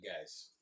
guys